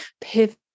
pivot